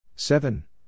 Seven